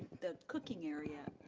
the cooking area,